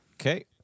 Okay